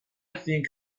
think